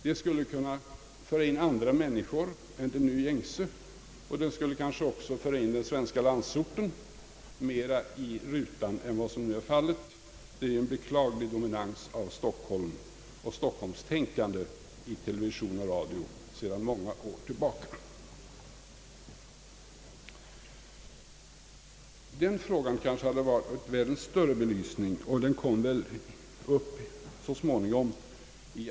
Det skulle kunna föra in andra människor än de nu gängse, och kanske också föra in den svenska landsorten mera i rutan än vad som nu är fallet. Det är en beklaglig dominans av Stockholm och Stockholmstänkande i television och radio sedan många år tillbaka. Den frågan kanske hade varit värd en större belysning och den kommer väl upp så småningom.